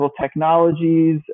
technologies